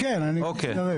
כן, אני מצטרף.